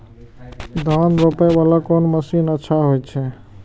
धान रोपे वाला कोन मशीन अच्छा होय छे?